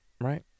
right